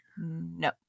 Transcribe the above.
No